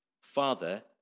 Father